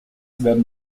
werden